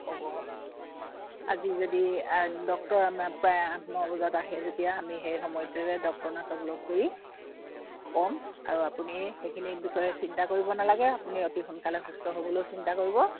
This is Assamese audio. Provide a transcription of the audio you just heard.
ক'ব অঁ আজি যদি ডক্টৰ আমাৰ প্ৰায় আঠ ন বজাত আহে যেতিয়া আমি সেই সময়তেতে ডক্টৰ নাৰ্ছক লগ কৰি ক'ম আৰু আপুনি সেইখিনিৰ বিষয়ে চিন্তা কৰিব নালাগে আপুনি অতি সোনকালে সুস্থ হ'বলৈয়ো চিন্তা কৰিব